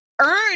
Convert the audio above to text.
earn